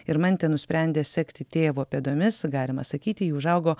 irmantė nusprendė sekti tėvo pėdomis galima sakyti ji užaugo